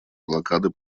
блокады